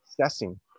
assessing